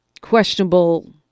questionable